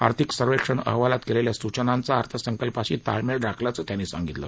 आर्थिक सर्वेक्षण अहवालात कलिखा सूचनांचा अर्थसंकल्पाशी ताळमळी राखल्याचं त्यांनी सांगितलं